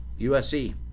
USC